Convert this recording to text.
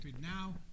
Now